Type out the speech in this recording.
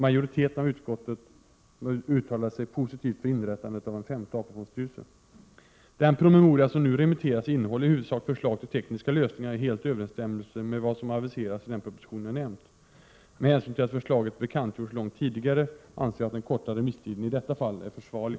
Majoriteten av utskottet uttalade sig positivt för inrättandet av en femte AP-fondstyrelse. Den promemoria som nu remitterats innehåller i huvudsak förslag till tekniska lösningar helt i överensstämmelse med vad som aviserats i den proposition jag nämnt. Med hänsyn till att förslaget bekantgjorts långt tidigare anser jag att den korta remisstiden i detta fall är försvarlig.